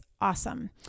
awesome